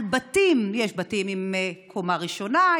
על בתים: יש בתים עם קומה ראשונה,